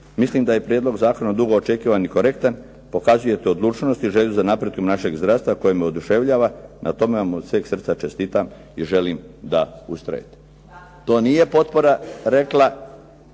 mislim da je prijedlog zakona dugo očekivan i korektan, pokazujete odlučnost i želju za napredak našeg zdravstva, koji me oduševljava. Na tom vam od sveg srca čestitam i želim da ustrajete". To nije potpora rekla.